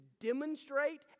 demonstrate